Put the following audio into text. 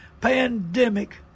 pandemic